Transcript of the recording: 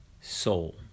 soul